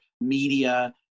media